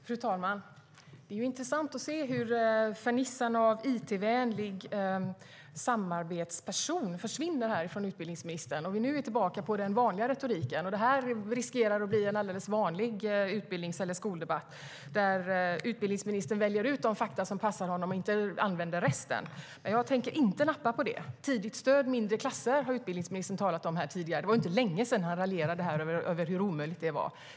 Fru talman! Det är intressant att observera hur fernissan av it-vänlig samarbetsperson försvinner från utbildningsministern. Nu är vi tillbaka i den vanliga retoriken. Det här riskerar att bli en alldeles vanlig utbildnings eller skoldebatt där utbildningsministern väljer ut de fakta som passar honom och inte använder det övriga. Jag tänker inte nappa på det. Tidigt stöd och mindre klasser har utbildningsministern talat om tidigare. Det är inte länge sedan som han raljerade över hur omöjligt det var.